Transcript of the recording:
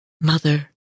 Mother